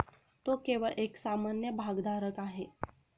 तो केवळ एक सामान्य भागधारक आहे